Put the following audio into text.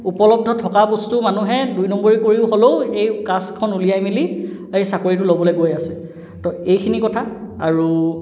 উপলব্ধ থকা বস্তু মানুহে দুই নম্বৰী কৰি হ'লেও এই কাষ্টখন ওলিয়াই মেলি এই চাকৰিটো ল'বলৈ গৈ আছে ত' এইখিনি কথা আৰু